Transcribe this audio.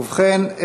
ובכן,